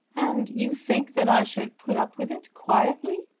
and you think that i should put up with it quietly!